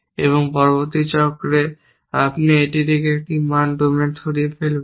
এবং পরবর্তী চক্রে আপনি একটি থেকে একটি মান ডোমেইন সরিয়ে ফেলবেন